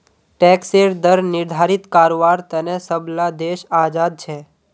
टैक्सेर दर निर्धारित कारवार तने सब ला देश आज़ाद छे